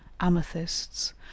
amethysts